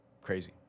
crazy